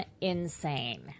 insane